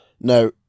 Now